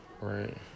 right